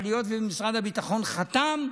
אבל היות שמשרד הביטחון חתם,